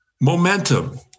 Momentum